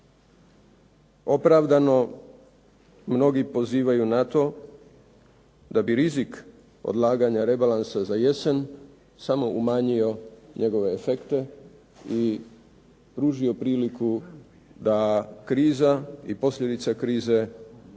opravdano mnogi pozivaju na to da bi rizik odlaganja rebalansa na jesen samo umanjio njegove efekte i pružio priliku da kriza i posljedice krize imaju